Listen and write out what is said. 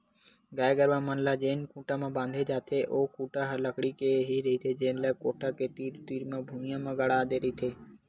गाय गरूवा मन ल जेन खूटा म बांधे जाथे ओ खूटा ह लकड़ी के ही रहिथे जेन ल कोठा के तीर तीर म भुइयां म गाड़ दे रहिथे